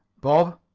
bob,